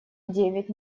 девять